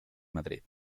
madrid